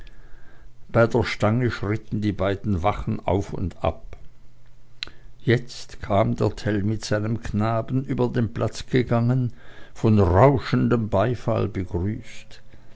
bei der stange schritten die beiden wachen auf und ab jetzt kam der tell mit seinem knaben über den platz gegangen von rauschendem beifall begrüßt